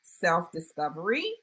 self-discovery